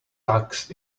tux